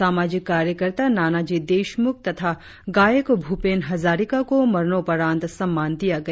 सामाजिक कार्यकर्ता नानाजी देशमुख तथा गायक भूपेन हजारिका को मरणोपरांत सम्मान दिया गया